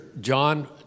John